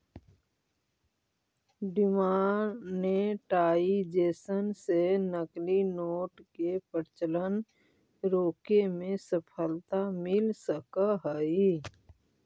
demonetisation से नकली note के प्रचलन रोके में सफलता मिल सकऽ हई